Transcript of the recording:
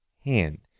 hand